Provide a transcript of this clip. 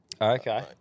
Okay